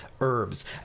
herbs